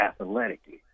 athletically